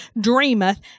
dreameth